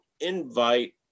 invite